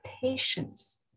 patience